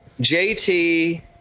JT